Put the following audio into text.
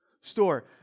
store